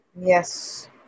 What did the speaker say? Yes